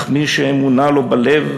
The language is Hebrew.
אך מי שאמונה לו בלב,